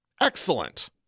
Excellent